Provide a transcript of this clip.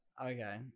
Okay